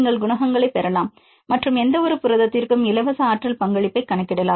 நீங்கள் குணகங்களைப் பெறலாம் மற்றும் எந்தவொரு புரதத்திற்கும் இலவச ஆற்றல் பங்களிப்புகளைக் கணக்கிடலாம்